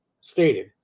stated